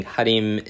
Harim